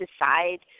decide